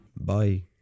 Bye